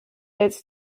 its